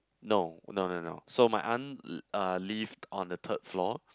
no no no no so my aunt uh lived on the third floor